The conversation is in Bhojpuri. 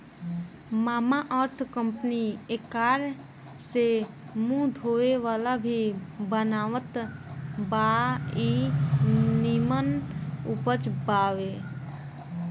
मामाअर्थ कंपनी एकरा से मुंह धोए वाला भी बनावत बा इ निमन उपज बावे